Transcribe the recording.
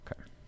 Okay